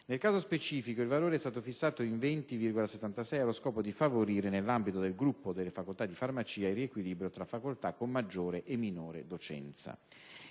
nel caso specifico il valore è stato fissato in 20,76 allo scopo dì favorire nell'ambito del gruppo delle facoltà di farmacia, il riequilibrio tra facoltà con maggiore e minore docenza.